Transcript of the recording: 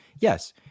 yes